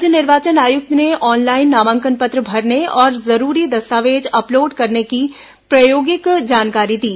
राज्य निर्वाचन आयुक्त ने ऑनलाइन नामांकन पत्र भरने और जरुरी दस्तावेज अपलोड करने की प्रायोगिक जानकारी दी